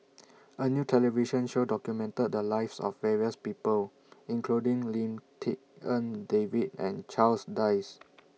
A New television Show documented The Lives of various People including Lim Tik En David and Charles Dyce